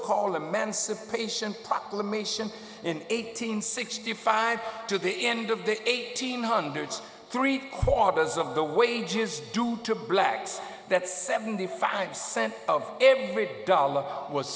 called emancipation proclamation in eight hundred sixty five to the end of the eighteen hundreds three quarters of the wages due to blacks that seventy five cents of every dollar was